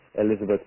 Elizabeth